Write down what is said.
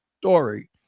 story